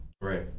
Right